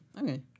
Okay